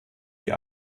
die